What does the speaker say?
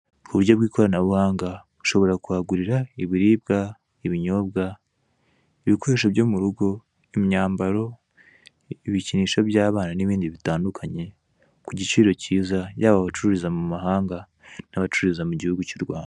Uburyo bw'ikoranabuhanga buhanga. Ushobora kuhagurira ibiribwa, ibinyobwa, ibikoresho byo mu rugo, imyambaro, ibikinisho by'abana ndetse n'ibindi bitandukanye, yaba abacuruza mu mahanga ndetse no mu Rwanda.